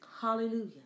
Hallelujah